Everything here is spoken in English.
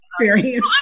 experience